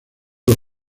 los